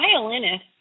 violinist